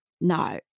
No